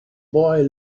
boy